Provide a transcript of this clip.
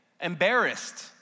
embarrassed